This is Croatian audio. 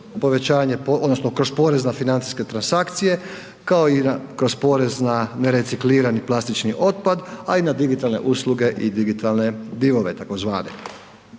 odnosno kroz porez na financijske transakcije kao i kroz porez na nereciklirani plastični otpad, a i na digitalne usluge i digitalne divove tzv.